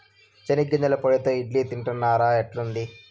చెనిగ్గింజల పొడితో ఇడ్లీ తింటున్నారా, ఎట్లుంది